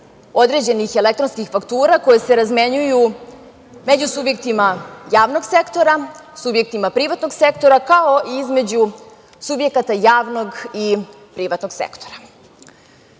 određenih elektronskih faktura koje se razmenjuju među subjektima javnog sektora, subjektima privatnog sektora, kao i između subjekata javnog i privatnog sektora. Jedan